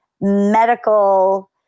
medical